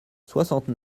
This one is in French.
soixante